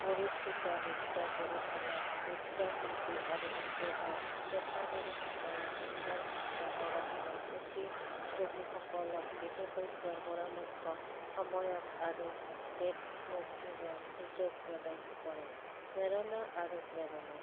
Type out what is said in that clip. পৰিচিত নৃত্য পৰিচালক নৃত্যশিল্পী আৰু উদ্যোগৰ পেছাদাৰীসকলক অন্তৰ্ভুক্ত কৰা হয় প্ৰতিযোগীসকলক বিশেষজ্ঞৰ পৰামৰ্শ সময়ত আৰু নেটৱৰ্কিঙৰ সুযোগ প্ৰদান কৰে প্ৰেৰণা আৰু প্ৰেৰণা